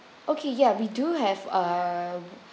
okay yeah we do have a